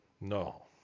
No